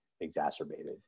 exacerbated